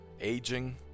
aging